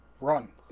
Run